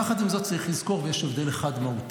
יחד עם זאת צריך לזכור, ויש הבדל אחד מהותי.